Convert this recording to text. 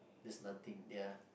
there's nothing ya